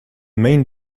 main